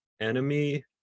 enemy